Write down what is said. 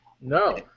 no